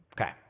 Okay